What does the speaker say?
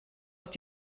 ist